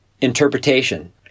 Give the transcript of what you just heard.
interpretation